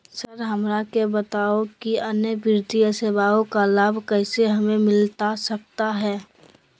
Sir हमरा के बताओ कि अन्य वित्तीय सेवाओं का लाभ कैसे हमें मिलता सकता है?